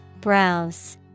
Browse